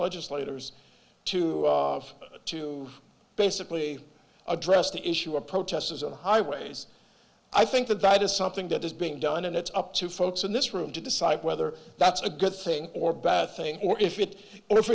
legislators to of to basically address the issue of protesters on highways i think the bad is something that is being done and it's up to folks in this room to decide whether that's a good thing or bad thing or if it if